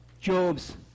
Job's